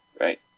right